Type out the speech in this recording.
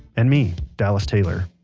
and me, dallas taylor,